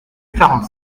quarante